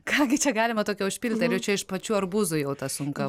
ką gi čia galima tokio užpilti ar jau čia iš pačių arbūzų jau ta sunka